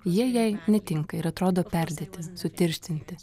jie jai netinka ir atrodo perdėti sutirštinti